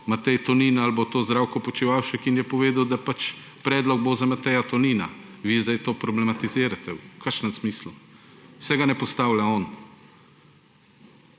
Matej Tonin ali bo to Zdravko Počivalšek. In je povedal, da predlog bo za Mateja Tonina. Vi zdaj to problematizirate. V kakšnem smislu? Saj ga ne postavlja on.